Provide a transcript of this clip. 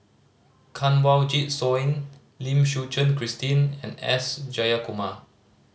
Kanwaljit Soin Lim Suchen Christine and S Jayakumar